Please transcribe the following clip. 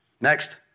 Next